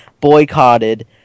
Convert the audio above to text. boycotted